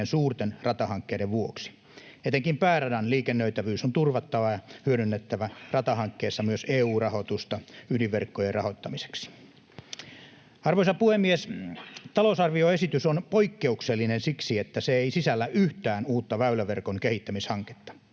suurten ratahankkeiden vuoksi. Etenkin pääradan liikennöitävyys on turvattava ja ratahankkeissa hyödynnettävä myös EU-rahoitusta ydinverkkojen rahoittamiseksi. Arvoisa puhemies! Talousarvioesitys on poikkeuksellinen siksi, että se ei sisällä yhtään uutta väyläverkon kehittämishanketta.